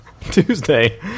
Tuesday